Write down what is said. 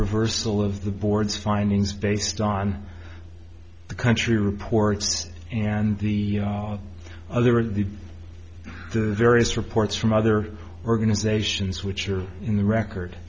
reversal of the board's findings based on the country reports and the other or the various reports from other organizations which are in the record